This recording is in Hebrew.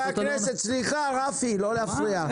סליחה, רפי, לא להפריע.